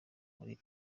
muri